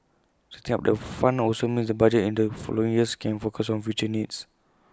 setting up the fund also means the budgets in the following years can focus on future needs